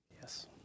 Yes